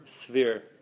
sphere